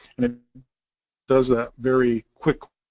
and it does that very quickly.